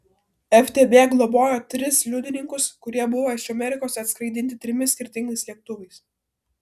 ftb globojo tris liudininkus kurie buvo iš amerikos atskraidinti trimis skirtingais lėktuvais